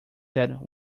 that